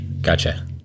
Gotcha